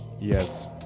Yes